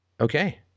Okay